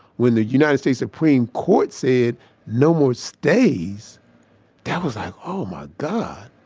when the united states supreme court said no more stays that was like, oh my god.